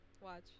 Watch